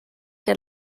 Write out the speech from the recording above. der